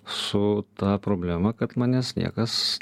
su ta problema kad manęs niekas